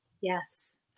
Yes